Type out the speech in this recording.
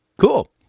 cool